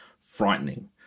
frightening